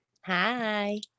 Hi